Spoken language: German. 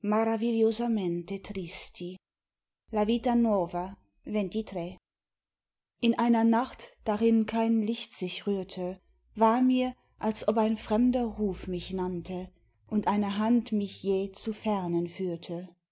in einer nacht darin kein licht sich rührte war mir als ob ein fremder ruf mich nannte und eine hand mich jäh zu fernen führte